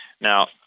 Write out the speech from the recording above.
Now